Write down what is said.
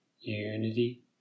unity